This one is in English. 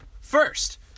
First